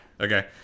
Okay